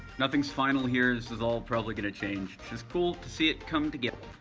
nothing's final here, this is all probably gonna change. it's just cool to see it come together.